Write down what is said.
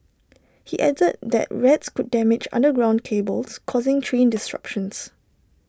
he added that rats could damage underground cables causing train disruptions